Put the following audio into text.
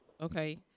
Okay